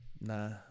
Nah